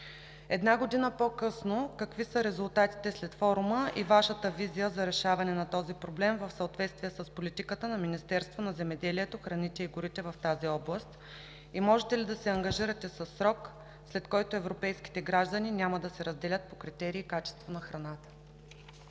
една година по-късно какви са резултатите след форума и Вашата визия за решаване на този проблем в съответствие с политиката на Министерството на земеделието, храните и горите в тази област, и можете ли да се ангажирате със срок, след който европейските граждани няма да се разделят по критерии и качество на храната?